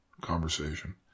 conversation